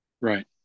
Right